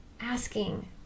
asking